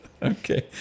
Okay